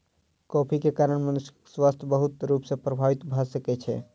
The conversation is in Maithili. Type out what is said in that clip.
कॉफ़ी के कारण मनुषक स्वास्थ्य बहुत रूप सॅ प्रभावित भ सकै छै